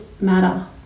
matter